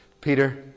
Peter